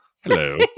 hello